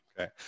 Okay